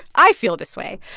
i feel this way.